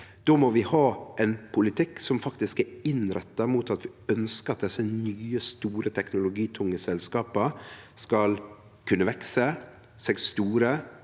Då må vi ha ein politikk som faktisk er innretta mot at vi ønskjer at desse nye, store teknologitunge selskapa skal kunne vekse seg store,